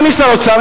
אדוני שר האוצר,